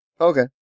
Okay